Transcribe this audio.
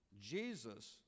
Jesus